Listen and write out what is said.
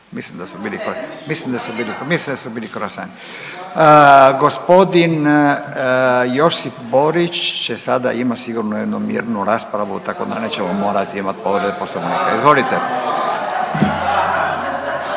mislim da su bili kroasani. Gospodin Josip Borić će sada imat sigurno jednu mirnu raspravu tako da nećemo morat imat povrede poslovnika, izvolite.